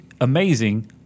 amazing